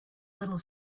little